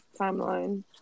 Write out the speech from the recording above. Timeline